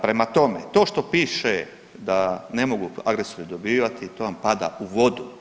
Prema tome, to što piše da ne mogu agresori dobivati to vam pada u vodu.